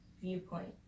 viewpoint